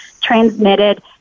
transmitted